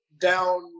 down